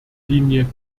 linie